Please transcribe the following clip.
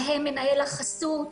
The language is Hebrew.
בהם מנהל החסות,